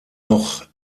noch